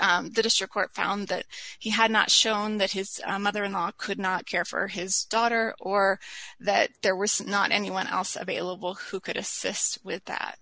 the district court found that he had not shown that his mother in law could not care for his daughter or that there were not anyone else available who could assist with that